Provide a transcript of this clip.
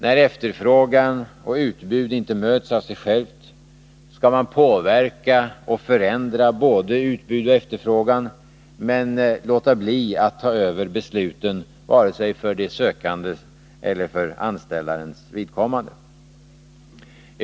När efterfrågan och utbud inte möts av sig själva skall man påverka och förändra både utbud och efterfrågan, men låta bli att ta över besluten, vare sig för den arbetssökandes eller anställarens vidkommande.